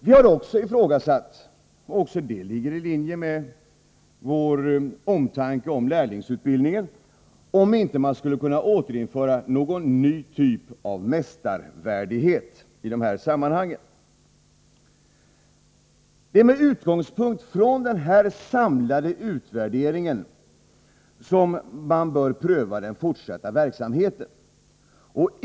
Vi har också ifrågasatt — och det ligger också i linje med vår omtanke om lärlingsutbildningen — om man inte skulle kunna återinföra någon typ av mästarvärdighet. Det är med utgångspunkt i den 143 samlade utvärderingen som man bör pröva den fortsatta verksamheten.